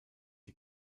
die